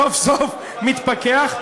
סוף-סוף מתפכח,